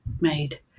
made